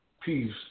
peace